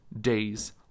days